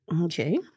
Okay